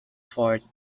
fort